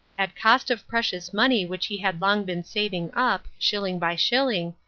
at cost of precious money which he had long been saving up, shilling by shilling,